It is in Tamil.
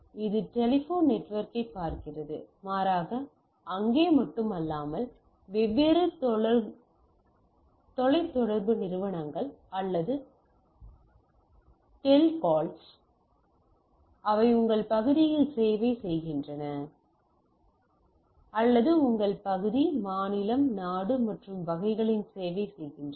இந்த டெலிபோன் நெட்வொர்க்கைப் பார்க்கிறது மாறாக அங்கே மட்டுமல்ல வெவ்வேறு தொலைத் தொடர்பு நிறுவனங்கள் அல்லது டெல்கோக்கள் உள்ளன அவை உங்கள் பகுதியில் சேவை செய்கின்றன அல்லது உங்கள் பகுதி மாநிலம் நாடு மற்றும் வகைகளில் சேவை செய்கின்றன